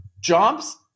jobs